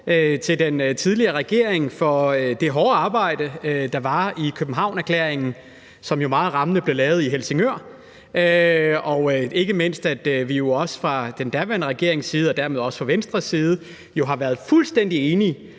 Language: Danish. om den tidligere regering for det hårde arbejde, der var i forhold til Københavnererklæringen – som jo meget rammende blev lavet i Helsingør. Og ikke mindst vil jeg sige, at vi jo også fra den daværende regerings side, og dermed også fra Venstres side, har været fuldstændig enige